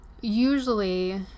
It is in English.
usually